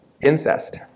Incest